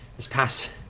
this pass.